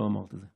לא אמרת את זה,